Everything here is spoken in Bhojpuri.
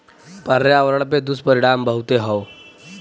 पर्यावरण पे दुष्परिणाम बहुते हौ